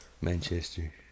Manchester